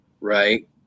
Right